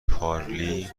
پارلی